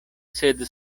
sed